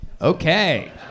Okay